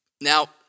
Now